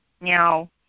Now